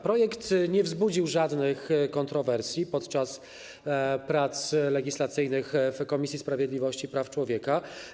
Projekt nie wzbudził żadnych kontrowersji podczas prac legislacyjnych w Komisji Sprawiedliwości i Praw Człowieka.